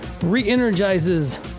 re-energizes